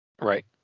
Right